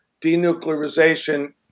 denuclearization